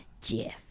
Jeff